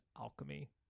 alchemy